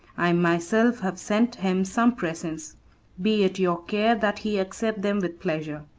i myself have sent him some presents be it your care that he accept them with pleasure.